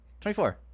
24